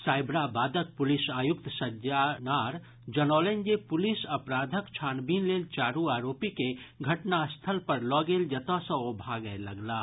साइबराबादक police आयुक्त सज्जनार जनौलनि जे पुलिस अपराधक छानबीन लेल चारू आरोपी के घटना स्थल पर लऽ गेल जतऽ सँ ओ भागय लगलाह